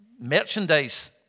merchandise